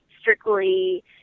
strictly